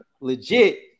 legit